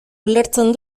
ulertzen